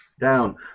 down